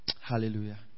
Hallelujah